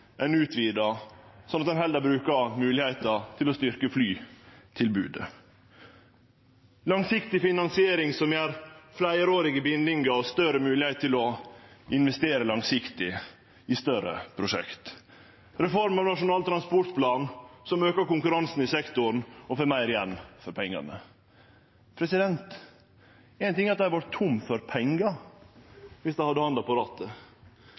ein utvidar, og heller kan bruke moglegheita til å styrkje flytilbodet langsiktig finansiering som gjev fleirårige bindingar og større moglegheiter til å investere langsiktig i større prosjekt reforma av Nasjonal transportplan, som aukar konkurransen i sektoren og får meir igjen for pengane Éin ting er at dei hadde vore tomme for pengar viss dei hadde hatt handa på